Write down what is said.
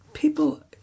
People